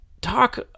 talk